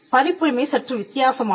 பதிப்புரிமை சற்று வித்தியாசமானது